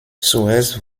zuerst